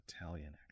Italian